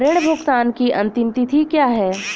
ऋण भुगतान की अंतिम तिथि क्या है?